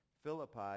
Philippi